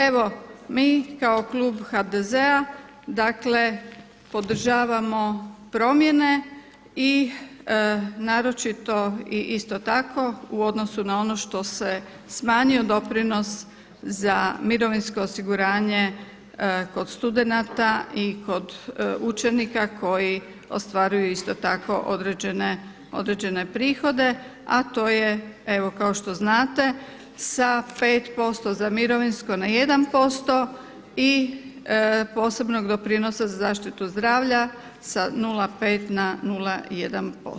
Evo mi kao klub HDZ-a dakle podržavamo promjene i naročito i isto tako u odnosu na ono što se smanjio doprinos za mirovinsko osiguranje kod studenata i kod učenika koji ostvaruju isto tako određene prihode, a to je evo kao što znate sa 5% za mirovinsko na 1% i posebnog doprinosa za zaštitu zdravlja sa 0,5 na 0,1%